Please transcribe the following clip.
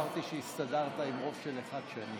אמרתי שהסתדרת עם רוב של אחד-שניים.